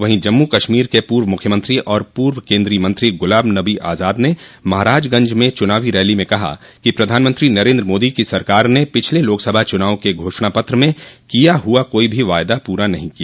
वहीं जम्मू कश्मीर के पूर्व मुख्यमंत्री और पूर्व केन्द्रीय मंत्री गुलाब नबो आजाद ने महराजगंज में चुनावी रैली में कहा कि प्रधानमंत्री नरेन्द्र मोदी की सरकार ने पिछले लोकसभा चुनाव के घोषणा पत्र में किया कोई भी वायदा पूरा नहीं किया